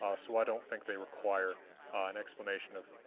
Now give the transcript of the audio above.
ah so i don't think they require an explanation of,